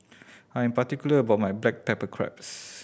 I am particular about my black pepper crab